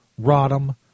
Rodham